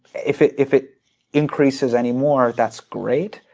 if it if it increases any more, that's great,